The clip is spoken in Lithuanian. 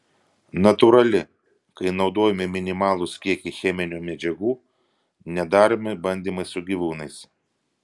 natūrali kai naudojami minimalūs kiekiai cheminių medžiagų nedaromi bandymai su gyvūnais